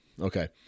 okay